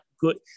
good